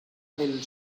del